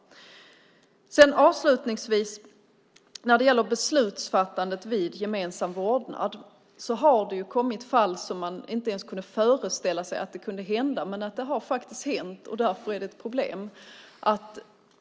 När det gäller beslutsfattandet vid gemensam vårdnad har det förekommit fall som man inte ens kunde föreställa sig kunde hända. Men de har faktiskt hänt. Därför är det ett problem.